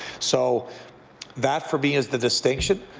so that for me is the distinction.